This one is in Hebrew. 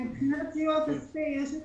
מבחינת סיוע כספי, יש את